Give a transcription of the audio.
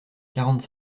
quarante